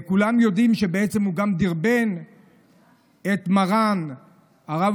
כולם יודעים שהוא גם דרבן את מר"ן הרב